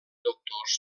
doctors